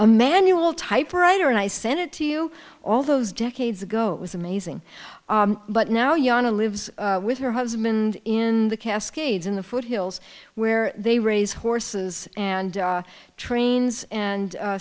a manual typewriter and i sent it to you all those decades ago it was amazing but now you wanna lives with her husband in the cascades in the foothills where they raise horses and trains and